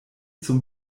zum